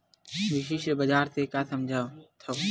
विशिष्ट बजार से का समझथव?